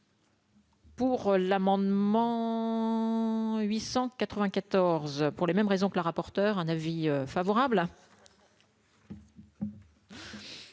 Pour l'amendement. 894 pour les mêmes raisons que le rapporteur, un avis favorable.